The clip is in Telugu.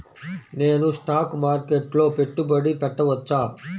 నేను స్టాక్ మార్కెట్లో పెట్టుబడి పెట్టవచ్చా?